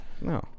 no